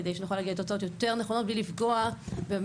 כדי שנוכל להגיע לתוצאות יותר נכונות בלי לפגוע במטרות